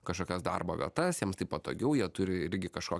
kažkokias darbo vietas jiems tai patogiau jie turi irgi kažko